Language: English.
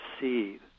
see